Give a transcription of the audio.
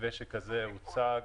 מתווה שכזה הוצג